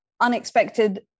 unexpected